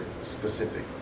specific